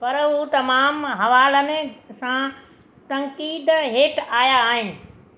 पर हू तमामु हवालनि सां तंक़ीद हेठि आया आहिनि